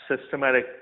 systematic